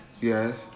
Yes